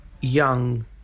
young